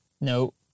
No